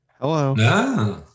Hello